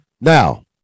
Now